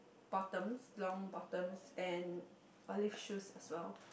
bottom long bottoms and olive shoes as well